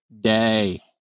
day